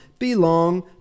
Belong